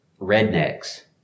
rednecks